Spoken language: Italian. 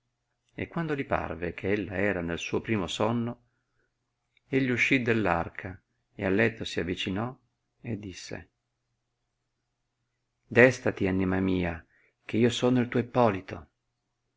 e quando li parve che ella era nel suo primo sonno egli uscì dell arca ed al letto si avicinò e disse destati anima mia che io sono il tuo ippolito